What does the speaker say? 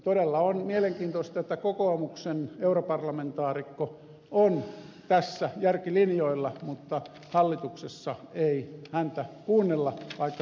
todella on mielenkiintoista että kokoomuksen europarlamentaarikko on tässä järkilinjoilla mutta hallituksessa ei häntä kuunnella vaikka syytä olisi